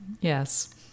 Yes